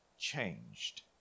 changed